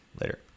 Later